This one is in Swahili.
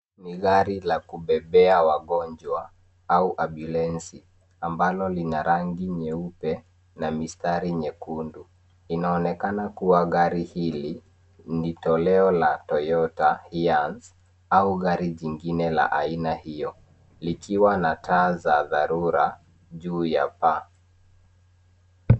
Ni gari la kubebea wagonjwa au ambulensi ambalo lina rangi nyeupe na mistari nyekundu. Inaonekana kuwa gari hili ni toleo ya toyota tazz au gari jingine la aina hiyo likiwa na taa za dharura juu ya paa.